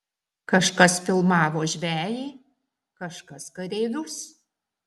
kažkas filmavo žvejį kažkas kareivius